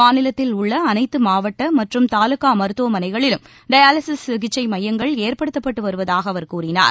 மாநிலத்தில் உள்ள அனைத்து மாவட்ட மற்றும் தாலூக்கா மருத்துவமனைகளிலும் டயாலிசிஸ் சிகிச்சை மையங்கள் ஏற்படுத்தப்பட்டு வருவதாக அவர் கூறினார்